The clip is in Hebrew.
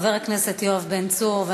חבר הכנסת יואב בן צור.